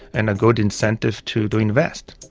and a good incentive to to invest.